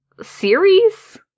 series